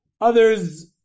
Others